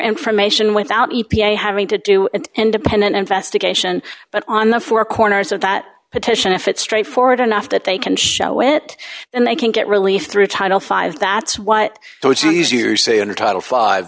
information without u p a having to do an independent investigation but on the four corners of that petition if it's straightforward enough that they can show it then they can get relief through title five that's what so it's easier to say under title five